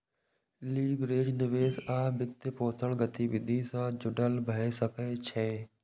leverage निवेश आ वित्तपोषण गतिविधि सं जुड़ल भए सकै छै